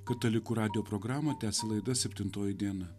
katalikų radijo programą tęsia laida septintoji diena